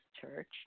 Church